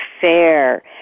fair